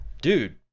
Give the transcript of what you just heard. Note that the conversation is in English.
Dude